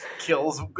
kills